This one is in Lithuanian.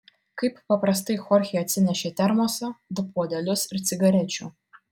kaip paprastai chorchė atsinešė termosą du puodelius ir cigarečių